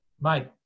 Mate